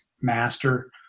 master